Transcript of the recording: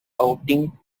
outing